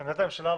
עמדת הממשלה,